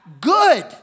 good